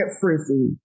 frizzy